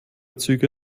züge